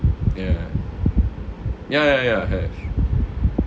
ya ya ya ya have